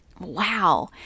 wow